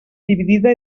dividida